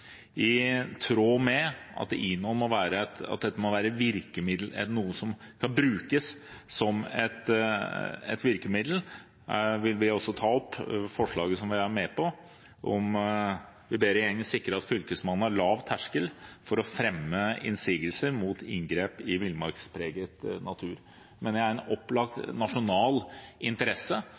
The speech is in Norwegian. I tråd med at INON må være noe som kan brukes som et virkemiddel, vil vi også ta opp forslaget som vi er med på, der vi ber regjeringen sikre at Fylkesmannen har lav terskel for å fremme innsigelser mot inngrep i villmarkspreget natur. Dette mener jeg er en opplagt nasjonal interesse,